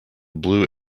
blue